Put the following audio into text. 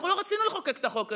לא רצינו לחוקק את החוק הזה.